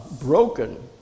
broken